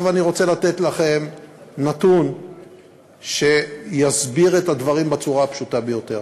אני רוצה לתת לכם נתון שיסביר את הדברים בצורה הפשוטה ביותר.